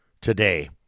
Today